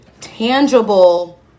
tangible